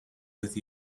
with